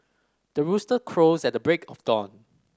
the rooster crows at the break of dawn